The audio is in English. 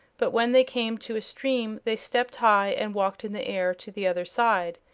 but when they came to a stream they stepped high and walked in the air to the other side.